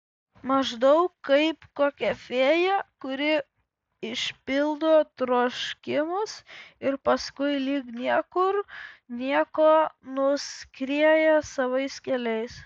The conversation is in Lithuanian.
maždaug kaip kokia fėja kuri išpildo troškimus ir paskui lyg niekur nieko nuskrieja savais keliais